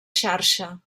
xarxa